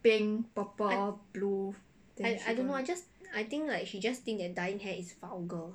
I I I don't know I just I think like she just think that dyeing hair is vulgar